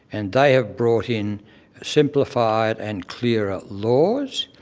and they have brought in simplified and clearer laws.